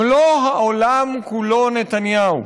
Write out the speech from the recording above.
מלוא העולם כולו נתניהו.